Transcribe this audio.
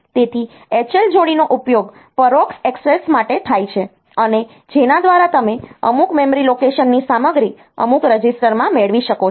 તેથી HL જોડીનો ઉપયોગ પરોક્ષ ઍક્સેસ માટે થાય છે અને જેના દ્વારા તમે અમુક મેમરી લોકેશનની સામગ્રી અમુક રજીસ્ટરમાં મેળવી શકો છો